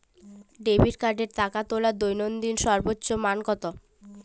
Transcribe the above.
Debit কার্ডে টাকা তোলার দৈনিক সর্বোচ্চ মান কতো?